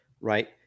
right